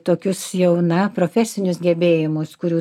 tokius jauna profesinius gebėjimus kurių